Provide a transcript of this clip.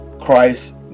Christ